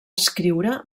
escriure